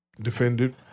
defended